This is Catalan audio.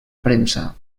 premsa